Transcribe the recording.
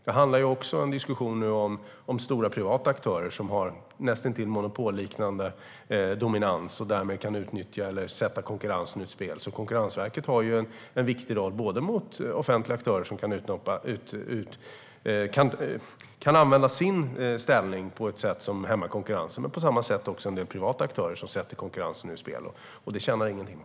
Det pågår nu en diskussion om stora privata aktörer som har en näst intill monopolliknande dominans och därmed kan utnyttja denna dominans och därmed sätta konkurrensen ur spel. Konkurrensverket har alltså därför en viktig roll både mot offentliga aktörer som kan använda sin ställning på ett sätt som hämmar konkurrensen och mot privata aktörer som kan använda sin ställning på ett sätt som sätter konkurrensen ur spel.